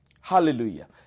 Hallelujah